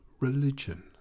religion